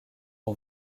ont